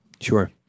Sure